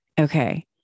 Okay